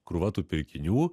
krūva tų pirkinių